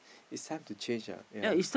it's time to change lah ya